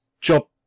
job